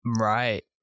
Right